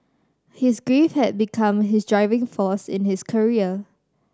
his grief had become his driving force in his career